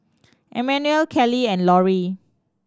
Emmanuel Keli and Lorri